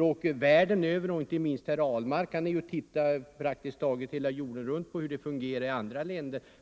åker världen över för att studera andra länders förhållanden — inte minst herr Ahlmark reser jorden runt för att studera förhållandena i andra länder.